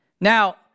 Now